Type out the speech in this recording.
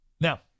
Now